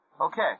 Okay